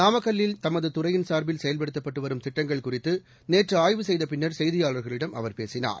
நாமக்கல்லில் தமது துறையின் சார்பில் செயல்படுத்தப்பட்டு வரும் திட்டங்கள் குறித்து நேற்று ஆய்வு செய்தபின்னர் செய்தியாளர்களிடம் அவர் பேசினார்